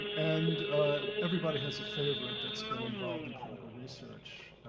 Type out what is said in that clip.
and everybody has a favorite that's been involved in clinical research.